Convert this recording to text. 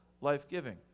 life-giving